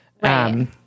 right